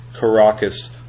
Caracas